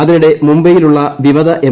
അതിനിടെ മുംബൈയിലുള്ള വിമത എം